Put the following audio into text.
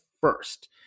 first